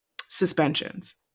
suspensions